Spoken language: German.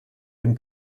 dem